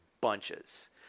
bunches